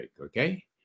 okay